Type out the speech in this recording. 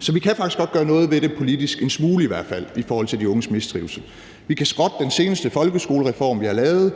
Så vi kan faktisk godt gøre noget ved det politisk, en smule i hvert fald, i forhold til de unges mistrivsel. Vi kan skrotte den seneste folkeskolereform, vi har lavet.